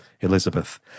Elizabeth